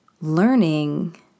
learning